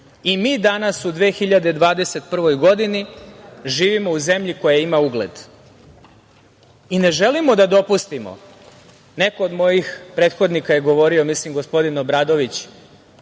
danas, u 2021. godini, živimo u zemlji koja ima ugled i ne želimo da dopustimo, neko od mojih prethodnika je govorio, mislim da je gospodin Obradović,